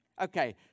okay